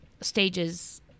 stages